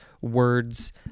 words